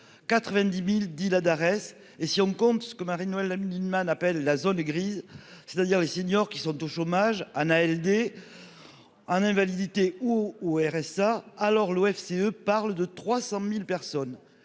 90.010 la Darès et si on compte ce que Marine Lienemann appelle la zone grise, c'est-à-dire les seniors qui sont au chômage Anne ALD. En invalidité ou au RSA. Alors l'OFCE parle de 300.000 personnes.